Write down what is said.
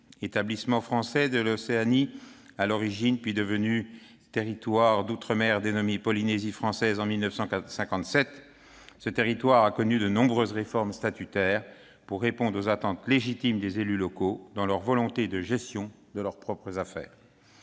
Établissement français de l'Océanie à l'origine, devenu territoire d'outre-mer dénommé « Polynésie française » en 1957, ce territoire a connu de nombreuses réformes statutaires visant à répondre aux attentes légitimes des élus locaux en matière de gestion de leurs propres affaires.